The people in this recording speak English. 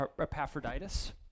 Epaphroditus